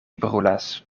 brulas